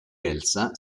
elsa